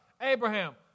Abraham